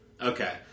Okay